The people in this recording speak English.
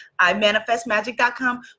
imanifestmagic.com